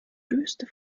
döste